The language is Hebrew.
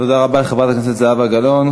תודה רבה לחברת הכנסת זהבה גלאון.